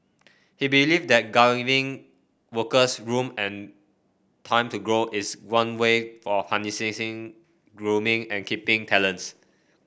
he believe that giving workers room and time to grow is one way of harnessing grooming and keeping talents